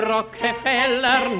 Rockefeller